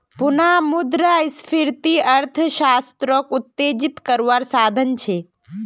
पुनः मुद्रस्फ्रिती अर्थ्शाश्त्रोक उत्तेजित कारवार साधन छे